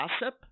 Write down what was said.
gossip